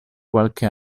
qualche